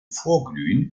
vorglühen